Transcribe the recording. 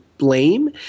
blame